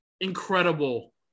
incredible